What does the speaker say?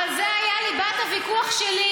אבל זה היה ליבת הוויכוח שלי,